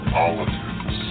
Politics